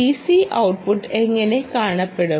DC output എങ്ങനെ കാണപ്പെടും